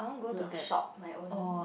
shop my own